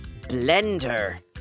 blender